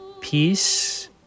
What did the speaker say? Peace